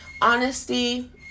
honesty